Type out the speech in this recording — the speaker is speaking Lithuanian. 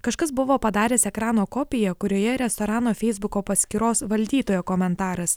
kažkas buvo padaręs ekrano kopiją kurioje restorano feisbuko paskyros valdytojo komentaras